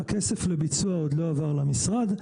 הכסף לביצוע עוד לא עבר למשרד.